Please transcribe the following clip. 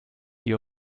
die